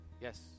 Yes